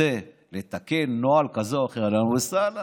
כדי לתקן נוהל כזה או אחר, אהלן וסהלן.